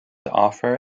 offer